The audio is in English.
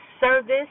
service